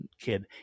kid